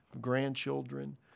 grandchildren